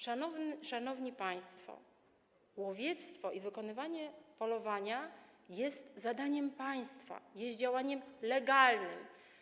Szanowni państwo, łowiectwo i wykonywanie polowania jest zadaniem państwa, jest działaniem legalnym.